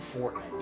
Fortnite